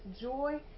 joy